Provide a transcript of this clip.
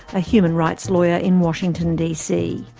a human rights lawyer in washington, d. c.